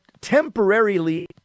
temporarily